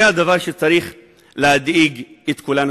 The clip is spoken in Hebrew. זה הדבר שצריך להדאיג את כולנו.